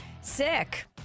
Sick